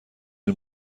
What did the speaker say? این